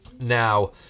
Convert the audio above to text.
Now